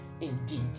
indeed